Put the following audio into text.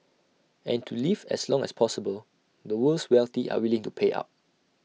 and to live as long as possible the world's wealthy are willing to pay up